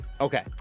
Okay